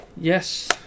Yes